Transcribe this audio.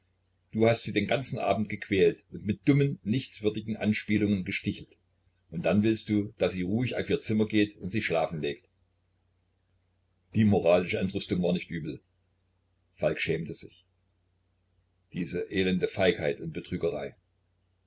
du hast sie den ganzen abend gequält und mit dummen nichtswürdigen anspielungen gestichelt und dann willst du daß sie ruhig auf ihr zimmer geht und sich schlafen legt die moralische entrüstung war nicht übel falk schämte sich diese elende feigheit und betrügerei